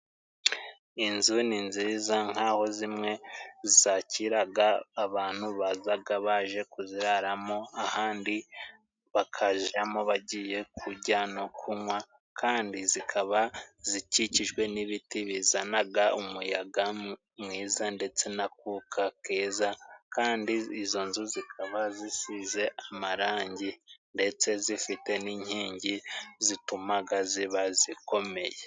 Inzu ni nziza, nk'aho zimwe zakiraga abantu bazaga baje kuziraramo, ahandi bakajamo bagiye ku kujya no kunwa, kandi zikaba zikikijwe n'ibiti, bizanaga umuyaga mwiza, ndetse n'akuka keza. Kandi izo nzu zikaba zisize amarangi, ndetse zifite n'inkingi, zitumaga ziba zikomeye.